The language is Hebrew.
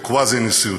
או קווזי-נשיאותית,